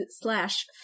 slash